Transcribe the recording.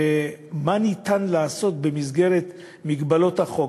ומה אפשר לעשות במגבלות החוק,